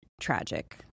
tragic